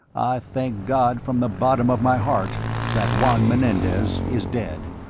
i thank god from the bottom of my heart that juan menendez is dead.